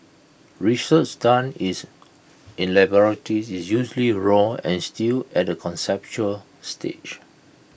research done is in laboratories is usually raw and still at A conceptual stage